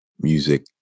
music